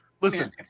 listen